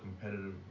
competitive